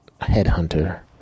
headhunter